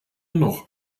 noch